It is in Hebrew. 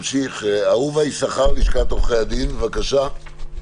אהובה יששכר מלשכת עורכי הדין, בבקשה.